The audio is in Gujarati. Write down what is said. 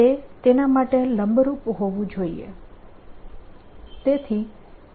તે તેના માટે લંબરૂપ હોવું જોઈએ